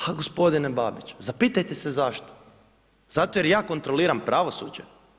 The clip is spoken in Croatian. A gospodine Babić, zapitajte se zašto, zato jer ja kontroliram pravosuđe?